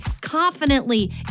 confidently